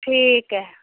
ठीक हइ